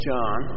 John